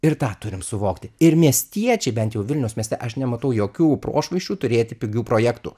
ir tą turim suvokti ir miestiečiai bent jau vilniaus mieste aš nematau jokių prošvaisčių turėti pigių projektų